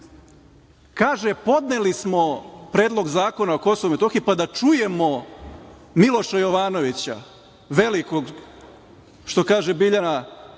- podneli smo predlog zakona o Kosovu i Metohiji, pa da čujemo Miloša Jovanovića, velikog, što kaže Biljana,